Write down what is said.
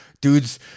Dude's